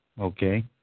Okay